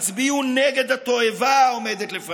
אני מקווה שקולי יגיע אליו.